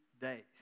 days